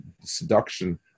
seduction